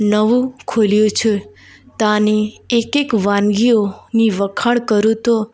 નવું ખુલ્યું છે ત્યાંની એક એક વાનગીઓની વખાણ કરું તો